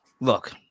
look